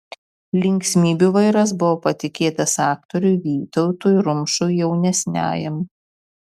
linksmybių vairas buvo patikėtas aktoriui vytautui rumšui jaunesniajam